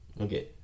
Okay